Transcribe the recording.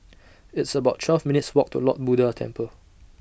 It's about twelve minutes' Walk to Lord Buddha Temple